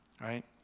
right